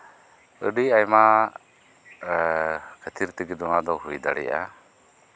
ᱟᱹᱰᱤ ᱟᱭᱢᱟ ᱠᱷᱟᱹᱛᱤᱨ ᱛᱮᱜᱮ ᱚᱱᱟ ᱫᱚ ᱦᱩᱭ ᱫᱟᱲᱮᱭᱟᱜᱼᱟ